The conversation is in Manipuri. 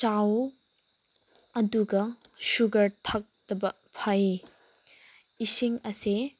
ꯆꯥꯎ ꯑꯗꯨꯒ ꯁꯨꯒꯔ ꯊꯛꯇꯕ ꯐꯩ ꯏꯁꯤꯡ ꯑꯁꯦ